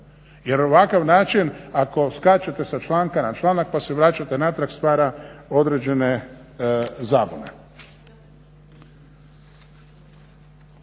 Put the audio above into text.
Jer ovakav način ako skačete sa članka na članak pa se vraćate natrag stvara određene zabune.